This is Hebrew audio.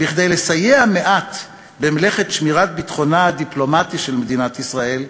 כדי לסייע מעט במלאכת השמירה על ביטחונה הדיפלומטי של מדינת ישראל,